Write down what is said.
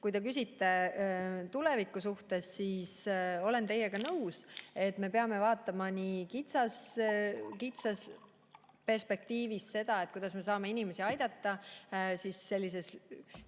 Kui te küsite tuleviku kohta, siis olen teiega nõus, et me peame vaatama kitsas perspektiivis seda, kuidas me saame inimesi aidata, sellises